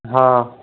हाँ